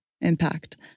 impact